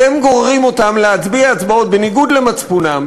אתם גוררים אותם להצביע הצבעות בניגוד למצפונם,